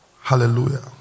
Hallelujah